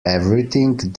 everything